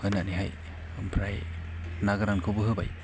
होनानैहाय ओमफ्राय ना गोरानखौबो होबाय